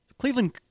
Cleveland